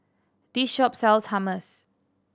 this shop sells Hummus